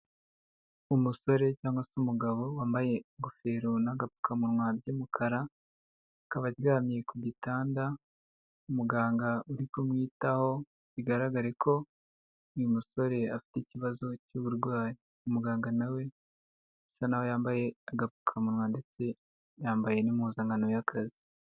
Umusore cyangwa se umugabo wambaye ingofero n'agapfukamunwa by'umukara, akaba aryamye ku gitanda, umuganga uri kumwitaho bigaragare ko uyu musore afite ikibazo cy'uburwayi. Umuganga na we asa naho yambaye agapfukawa ndetse yambaye n'impuzankano y'akazi.